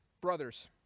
brothers